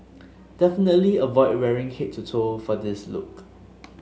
definitely avoid wearing head to toe for this look